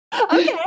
Okay